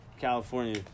California